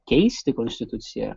keisti konstituciją